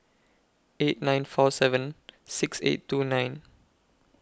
eight nine four seven six eight two nine